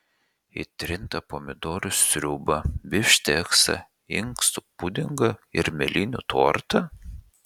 į trintą pomidorų sriubą bifšteksą inkstų pudingą ir mėlynių tortą